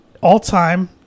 all-time